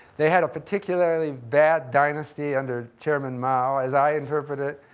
they had a particularly bad dynasty under chairman mao, as i interpret it,